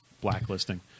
blacklisting